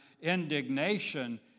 indignation